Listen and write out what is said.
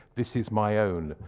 this is my own,